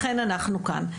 לכן אנחנו כאן.